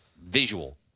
visual